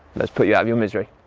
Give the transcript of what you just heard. let's put you out your misery.